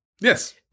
Yes